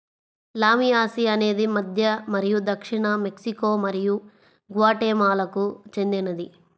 లామియాసి అనేది మధ్య మరియు దక్షిణ మెక్సికో మరియు గ్వాటెమాలాకు చెందినది